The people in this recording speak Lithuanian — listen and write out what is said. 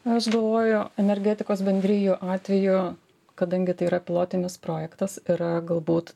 aš galvoju energetikos bendrijų atveju kadangi tai yra pilotinis projektas yra galbūt